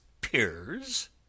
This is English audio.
peers